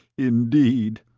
indeed,